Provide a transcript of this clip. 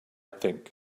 think